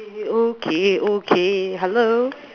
okay okay hello